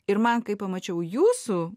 ir man kai pamačiau jūsų